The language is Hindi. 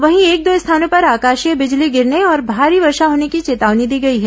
वहीं एक दो स्थानों पर आकाशीय बिजली गिरने और भारी वर्षा होने की चेतावनी दी गई है